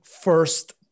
first